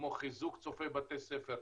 כמו חיזוק צופי בתי ספר,